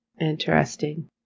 Interesting